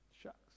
shucks